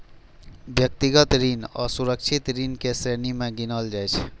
व्यक्तिगत ऋण असुरक्षित ऋण के श्रेणी मे गिनल जाइ छै